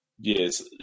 yes